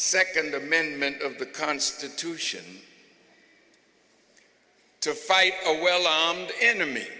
second amendment of the constitution to fight a well armed enemy